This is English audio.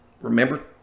remember